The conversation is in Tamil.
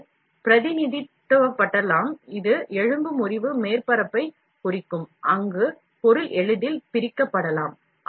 இது முறிவு மேற்பரப்பைக் குறிக்கும் அங்கு பொருள் எளிதில் பிரிக்கப்படலாம்